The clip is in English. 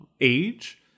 age